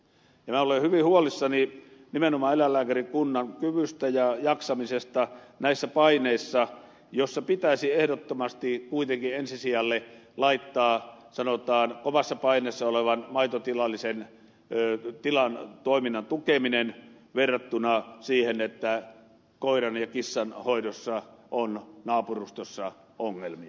minä olen hyvin huolissani nimenomaan eläinlääkärikunnan kyvystä ja jaksamisesta näissä paineissa joissa pitäisi ehdottomasti kuitenkin ensi sijalle laittaa kovassa paineessa olevan maitotilallisen tilan toiminnan tukeminen verrattuna siihen että koiran ja kissan hoidossa on naapurustossa ongelmia